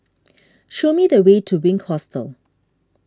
show me the way to Wink Hostel